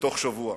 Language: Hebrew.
ובתוך שבוע.